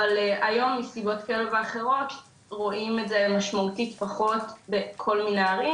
אבל היום מסיבות כאלה ואחרות רואים את זה משמעותית פחות בכל מיני ערים,